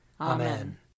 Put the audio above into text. Amen